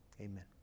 amen